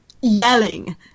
yelling